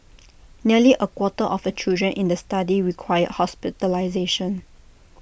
nearly A quarter of A children in the study required hospitalisation